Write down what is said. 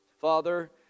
Father